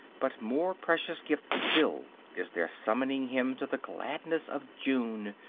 but more precious gift still is their summoning him to the gladness of june,